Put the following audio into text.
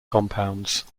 compounds